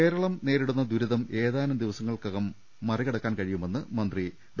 കേരളം നേരിടുന്ന ദുരിതം ഏതാനും ദിവസങ്ങൾക്കുള്ളിൽ മറി കടക്കാൻ കഴിയുമെന്ന് മന്ത്രി ഡോ